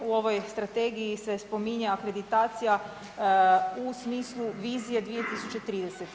U ovoj strategiji se spominje akreditacija u smislu vizije 2030.